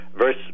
verse